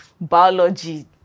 biology